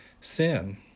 sin